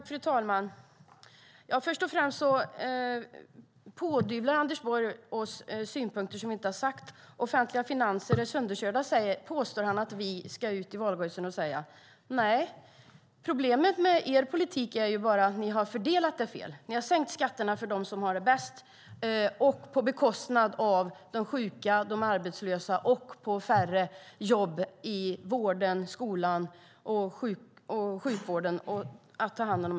Fru talman! Först och främst pådyvlar Anders Borg oss synpunkter som vi inte har framfört. Han påstår att vi ska ut i valrörelsen och säga att svenska finanser är sönderkörda. Nej, men problemet med er politik är bara att ni har gjort fel fördelning. Ni har sänkt skatterna för dem som har det bäst på bekostnad av de sjuka och arbetslösa och på färre jobb i vården, skolan och äldreomsorgen.